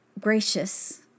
gracious